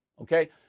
Okay